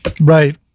Right